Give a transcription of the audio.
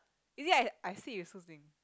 is it I I sit with Su-qing